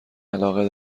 علاقه